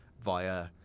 via